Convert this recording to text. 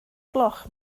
gloch